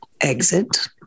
Exit